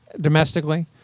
domestically